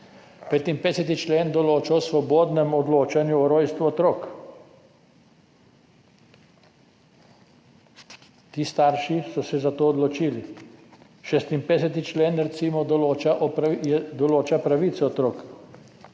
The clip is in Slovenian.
55. člen določa o svobodnem odločanju o rojstvu otrok. Ti starši so se za to odločili. 56. člen recimo določa pravice otrok.